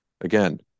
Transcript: again